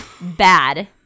bad